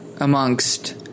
Amongst